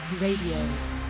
Radio